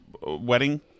wedding